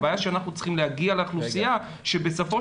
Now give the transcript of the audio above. הבעיה שאנחנו צריכים להגיע לאוכלוסייה שבסופו